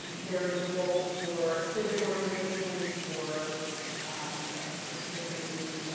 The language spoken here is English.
there is a role for civic organizations for um for people who,